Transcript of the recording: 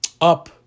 up